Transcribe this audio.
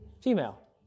female